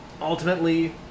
ultimately